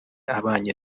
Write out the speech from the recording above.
abanye